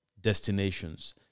destinations